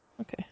okay